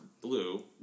blue